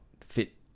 fit